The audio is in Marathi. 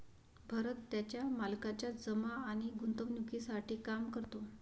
भरत त्याच्या मालकाच्या जमा आणि गुंतवणूकीसाठी काम करतो